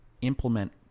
implement